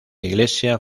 iglesia